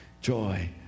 joy